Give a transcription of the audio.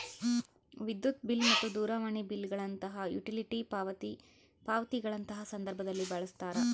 ವಿದ್ಯುತ್ ಬಿಲ್ ಮತ್ತು ದೂರವಾಣಿ ಬಿಲ್ ಗಳಂತಹ ಯುಟಿಲಿಟಿ ಪಾವತಿ ಪಾವತಿಗಳಂತಹ ಸಂದರ್ಭದಲ್ಲಿ ಬಳಸ್ತಾರ